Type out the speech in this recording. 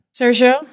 Sergio